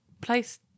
place